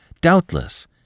Doubtless